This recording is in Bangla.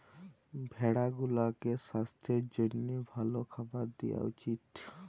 ভেড়া গুলাকে সাস্থের জ্যনহে ভাল খাবার দিঁয়া উচিত